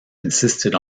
insisted